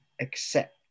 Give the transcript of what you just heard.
accept